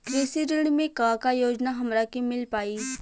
कृषि ऋण मे का का योजना हमरा के मिल पाई?